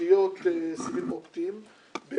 בתשתיות סיבים אופטיים,